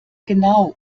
genau